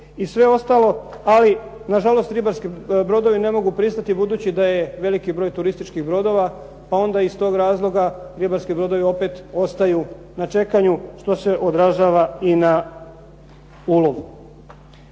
i sve ostalo, ali nažalost ribarski brodovi ne mogu pristati budući da je veliki broj turističkih brodova, a onda iz tog razloga ribarski brodovi opet ostaju na čekanju što se odražava i na ulovu.